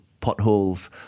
potholes